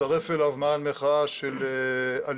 הצטרף אליו מאהל מחאה של הליכוד